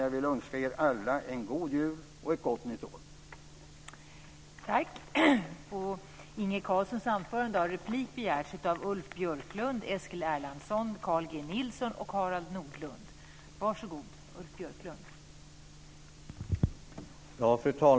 Jag vill önska er alla en god jul och ett gott nytt år.